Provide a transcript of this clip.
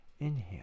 inhale